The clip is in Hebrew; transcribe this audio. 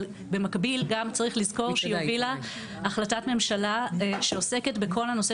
אבל במקביל גם צריך לזכור שהיא הובילה החלטת ממשלה שעוסקת בכל הנושא